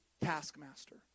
taskmaster